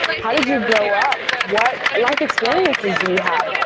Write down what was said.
how did you grow up? what life experiences do you have?